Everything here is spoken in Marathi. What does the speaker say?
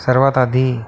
सर्वात आधी